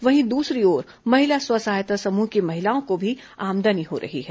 वहीं दूसरी ओर महिला स्व सहायता समूह की महिलाओं को भी आमदनी हो रही है